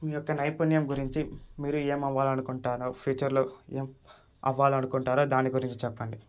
మీ యొక్క నైపుణ్యం గురించి మీరు ఏమి అవ్వాలనుకుంటున్నారో ఫ్యూచర్లో ఏం అవ్వాలనుకుంటున్నారో దాని గురించి చెప్పండి